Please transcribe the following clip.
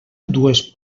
dues